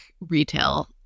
retail